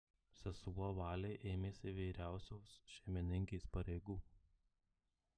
sesuo valė ėmėsi vyriausios šeimininkės pareigų